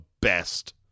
best